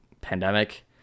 pandemic